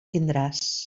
tindràs